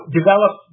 develop